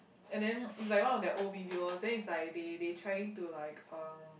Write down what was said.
and then it's like one of their old video then is like they they trying to like um